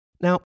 Now